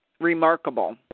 remarkable